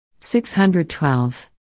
612